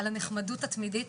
על הנחמדות התמידית,